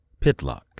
Pitlock